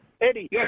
Eddie